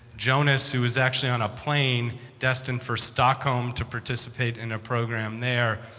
jonas, who is actually on a plane destined for stockholm to participate in a program there,